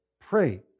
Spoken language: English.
pray